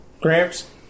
Gramps